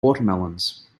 watermelons